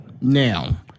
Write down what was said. now